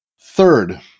Third